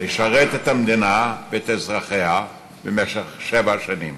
לשרת את המדינה ואת אזרחיה במשך שבע שנים.